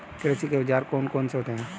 कृषि के औजार कौन कौन से होते हैं?